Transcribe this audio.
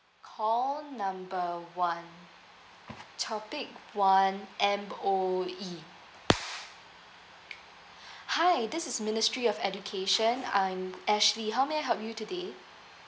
call number one topic one M_O_E hi this is ministry of education I'm ashley how may I help you today